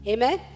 Amen